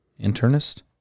Internist